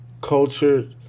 culture